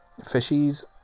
fishies